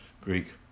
Greek